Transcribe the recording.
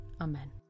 Amen